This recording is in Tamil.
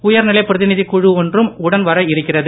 உயர்நிலைப் பிரதிநிதிக் குழு ஒன்றும் உடன் வர இருக்கிறது